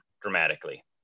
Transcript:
dramatically